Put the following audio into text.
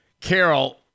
Carol